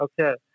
okay